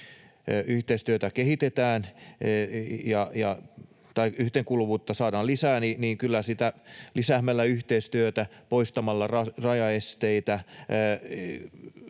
että miten tätä yhteenkuuluvuutta saadaan lisää. Kyllä sitä saadaan lisäämällä yhteistyötä, poistamalla rajaesteitä,